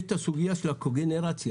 יש את הסוגייה של הקו גנרציה,